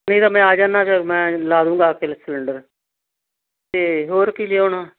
ਨਹੀਂ ਤਾਂ ਮੈਂ ਆ ਜਾਂਦਾ ਚੱਲ ਮੈਂ ਲਾ ਦੂੰਗਾ ਆ ਕੇ ਸਿਲੰਡਰ ਅਤੇ ਹੋਰ ਕੀ ਲਿਆਉਣਾ